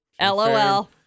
LOL